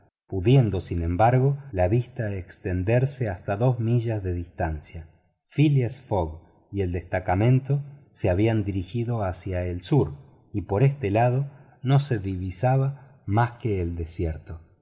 pudiendo sin embargo la vista extenderse hasta dos millas de distancia phileas fogg y el destacamento se habían dirigido hacia el sur y por este lado no se divisaba más que el desierto